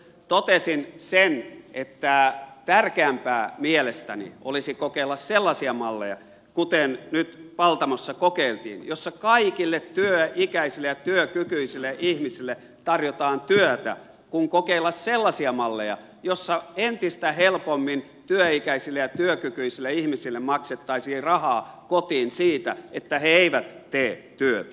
totesin sen että tärkeämpää mielestäni olisi kokeilla sellaisia malleja kuten nyt paltamossa kokeiltiin joissa kaikille työikäisille ja työkykyisille ihmisille tarjotaan työtä kuin kokeilla sellaisia malleja joissa entistä helpommin työikäisille ja työkykyisille ihmisille maksetaan rahaa kotiin siitä että he eivät tee työtä